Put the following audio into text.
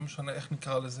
לא משנה איך נקרא לזה,